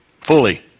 Fully